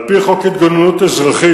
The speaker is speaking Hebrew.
על-פי חוק ההתגוננות האזרחית,